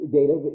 data